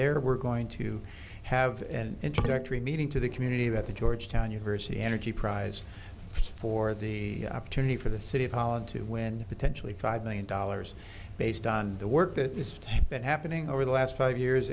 there we're going to have an introductory meeting to the community that the georgetown university energy prize for the opportunity for the city of holland to win potentially five million dollars based on the work that this type been happening over the last five years